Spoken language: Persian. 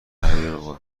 امید